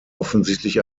offensichtlich